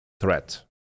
threat